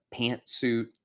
pantsuit